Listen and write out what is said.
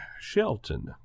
Shelton